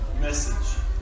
message